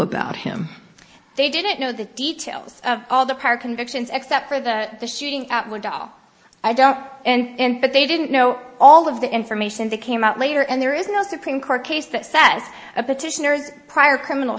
about him they didn't know the details of all the car convictions except for the the shooting doll i don't and but they didn't know all of the information that came out later and there is no supreme court case that sets a petitioners prior criminal